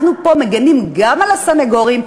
אנחנו פה מגינים גם על הסנגורים,